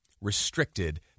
restricted